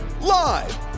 Live